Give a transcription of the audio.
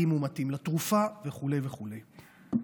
אם הוא מתאים לתרופה וכו' וכו'.